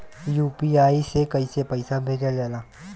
UPI से कइसे पैसा भेजल जाला?